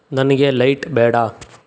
ನನಗೆ ಲೈಟ್ ಬೇಡ